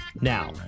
Now